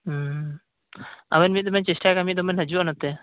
ᱦᱩᱸ ᱟᱫᱚᱧ ᱞᱟᱹᱭᱮᱫ ᱛᱟᱦᱮᱸᱱᱟ ᱪᱟᱹᱨᱴᱟ ᱜᱟᱱ ᱢᱤᱫ ᱫᱚᱢ ᱵᱮᱱ ᱦᱟᱹᱡᱩᱜᱼᱟ ᱱᱚᱛᱮ